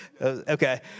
okay